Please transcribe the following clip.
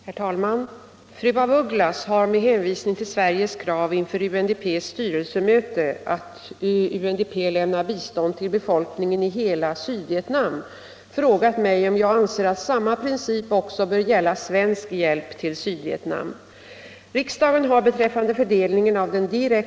Herr talman! Fru af Ugglas har, med hänvisning till Sveriges krav inför UNDP:s styrelsemöte att UNDP lämnar bistånd till befolkningen i hela Sydvietnam, frågat mig om jag anser att samma princip också bör gälla svensk hjälp till Sydvietnam.